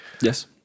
yes